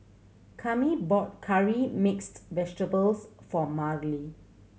Cami bought curry mixed vegetables for Marlee